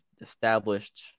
established